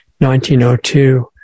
1902